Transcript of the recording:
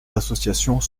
associations